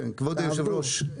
כבוד היושב-ראש,